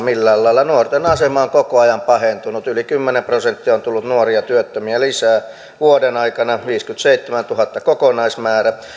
millään lailla nuorten asema on koko ajan pahentunut yli kymmenen prosenttia on tullut nuoria työttömiä lisää vuoden aikana viisikymmentäseitsemäntuhatta on kokonaismäärältä